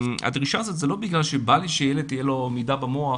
הדרישה הזאת זה לא בגלל שבא לי שלילד יהיה מידע במוח.